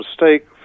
mistake